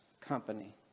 company